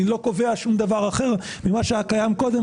אני לא קובע שום דבר אחר ממה שהיה קודם.